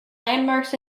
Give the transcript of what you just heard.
landmarks